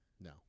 No